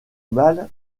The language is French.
mal